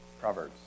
Proverbs